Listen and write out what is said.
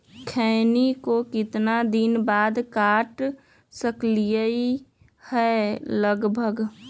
खैनी को कितना दिन बाद काट सकलिये है लगभग?